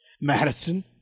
Madison